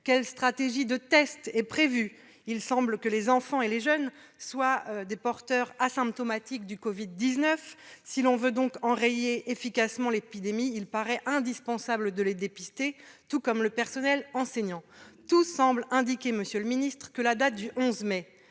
en matière de test ? Il semble que les enfants et les jeunes soient porteurs asymptomatiques du Covid-19. Si l'on veut enrayer l'épidémie, il paraît donc indispensable de les dépister, tout comme le personnel enseignant. Tout semble indiquer, monsieur le ministre, que la date du 11 mai